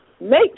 make